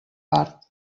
part